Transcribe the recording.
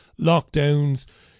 lockdowns